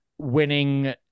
Winning